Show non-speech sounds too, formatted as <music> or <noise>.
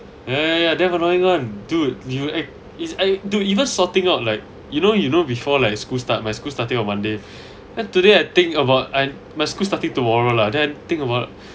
ya ya definitely one dude new act is a do even sorting out like you know you know before like school start my school starting on Monday <breath> and then today I think about and my school starting tomorrow lah then think about